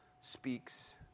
speaks